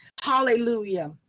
Hallelujah